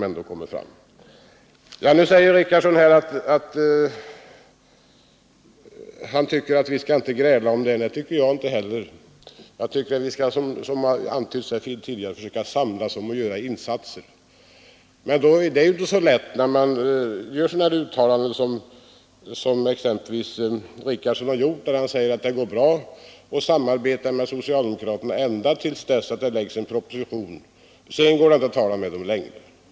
Herr Richardson säger att han tycker att vi inte skall gräla om detta. Nej, det tycker inte jag heller — jag tycker att vi, som antytts här tidigare, skall försöka samla oss kring insatser som behöver göras. Men det är ju inte så lätt när det görs sådana uttalanden som exempelvis herr Richardson har gjort, då han hävdar att det går bra att samarbeta med socialdemokraterna ända till dess att det läggs en proposition; sedan går det inte att tala med dem längre.